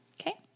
Okay